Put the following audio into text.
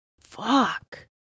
fuck